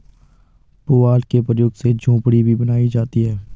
पुआल के प्रयोग से झोपड़ी भी बनाई जाती है